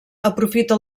aprofita